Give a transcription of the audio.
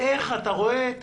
איך אתה רואה את